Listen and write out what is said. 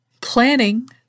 Planning